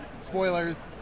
spoilers